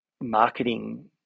marketing